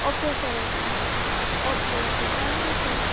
okay sir okay okay okay thank you sir